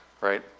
right